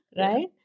Right